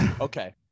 okay